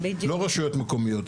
לא רשויות מקומיות.